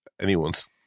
anyone's